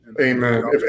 Amen